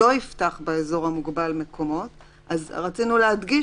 "לא יפתח באזור המוגבל מקומות" אז רצינו להדגיש